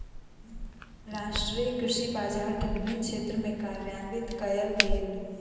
राष्ट्रीय कृषि बजार के विभिन्न क्षेत्र में कार्यान्वित कयल गेल